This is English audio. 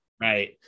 right